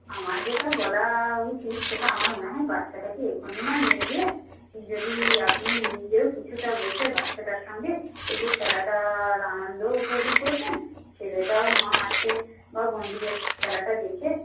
আমার যেটা বলা উচিত সেটা আমার মনে হয় বাচ্চাটাকে এখনি না নিয়ে গিয়ে যদি আপনি নিজেও কিছুটা বসে বাচ্চাটার সঙ্গে একটু খেলাটার আনন্দও উপভোগ করতেন ছেলেটাও মা আছে বা বন্ধুদের খেলাটা দেখে